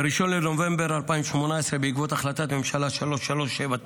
ב-1 בנובמבר 2018, בעקבות החלטת ממשלה 3379,